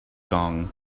gong